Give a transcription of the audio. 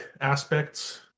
aspects